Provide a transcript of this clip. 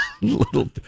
little